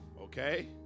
Okay